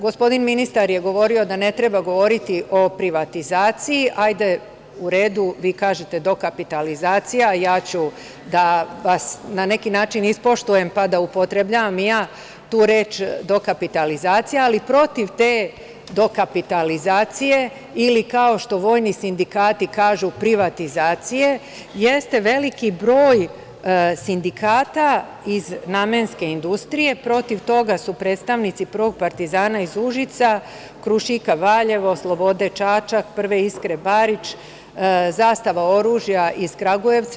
Gospodin ministar je govorio da ne treba govoriti o privatizaciji, u redu, vi kažete dokapitalizacija, ja ću da vas na neki način ispoštujem pa da upotrebljavam i ja tu reč dokapitalizacija, ali protiv te dokapitalizacije ili kao što vojni sindikati kažu privatizacije, jeste veliki broj sindikata iz namenske industrije, protiv toga su predstavnici „Prvog partizana“ iz Užica, „Krušika“ Valjevo, „Slobode“ Čačak, „Prve Iskre“ Barič, Zastava oružja iz Kragujevca.